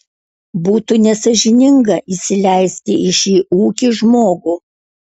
būtų nesąžininga įsileisti į šį ūkį žmogų